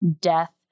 death